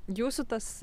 jūsų tas